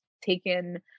taken